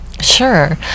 Sure